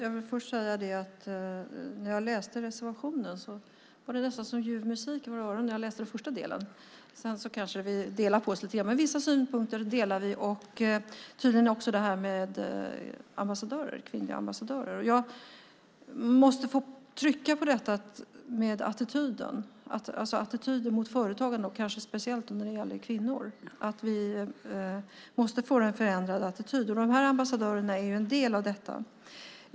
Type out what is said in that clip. Herr talman! Det var nästan som ljuv musik i öronen när jag läste den första delen av reservationen. Sedan kanske vi delar på oss lite grann, men vissa synpunkter delar vi och tydligen också det här med kvinnliga ambassadörer. Jag måste få trycka på detta med attityden mot företagande och kanske speciellt när det gäller kvinnor. Vi måste få en förändrad attityd. De här ambassadörerna är en del av detta.